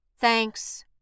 Thanks